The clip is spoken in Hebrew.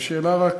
השאלה היא רק